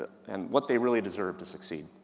to, and what they really deserve to succeed.